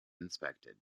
inspected